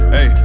Hey